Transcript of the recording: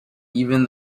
even